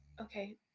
Okay